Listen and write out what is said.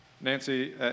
Nancy